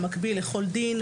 במקביל לכל דין,